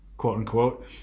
quote-unquote